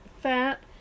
fat